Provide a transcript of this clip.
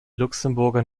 luxemburger